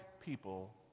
people